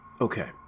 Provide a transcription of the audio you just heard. Okay